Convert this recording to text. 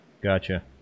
Gotcha